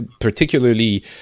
particularly